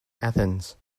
athens